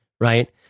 right